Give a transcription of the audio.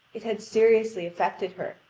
it had seriously affected her,